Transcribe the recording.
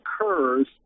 occurs